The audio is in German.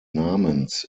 namens